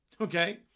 Okay